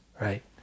right